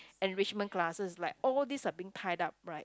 enrichment classes like all these are being tied up right